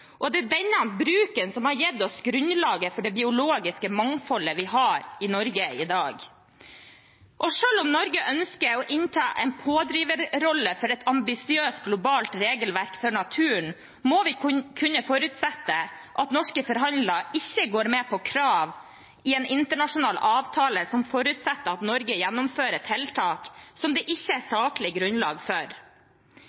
og det er denne bruken som har gitt oss grunnlaget for det biologiske mangfoldet vi har i Norge i dag. Selv om Norge ønsker å innta en pådriverrolle for et ambisiøst globalt regelverk for naturen, må vi kunne forutsette at norske forhandlere ikke går med på krav i en internasjonal avtale som forutsetter at Norge gjennomfører tiltak som det ikke er